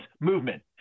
movement